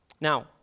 Now